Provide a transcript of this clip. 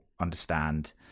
understand